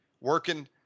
working